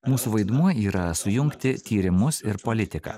mūsų vaidmuo yra sujungti tyrimus ir politiką